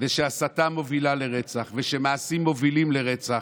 ושהסתה מובילה לרצח ושמעשים מובילים לרצח,